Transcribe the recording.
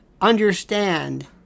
understand